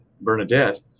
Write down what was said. Bernadette